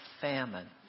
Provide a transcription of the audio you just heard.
famine